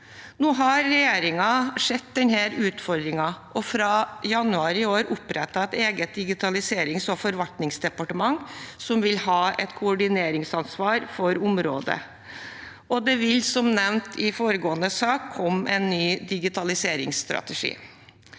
Nå har regjeringen sett denne utfordringen og fra januar i år opprettet et eget digitaliserings- og forvaltningsdepartement som vil ha et koordineringsansvar for området. Det vil også, som nevnt i foregående sak, komme en ny digitaliseringsstrategi.